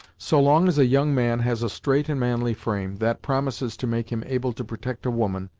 so long as a young man has a straight and manly frame, that promises to make him able to protect a woman,